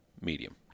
medium